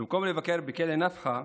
במקום לבקר בכלא נפחא,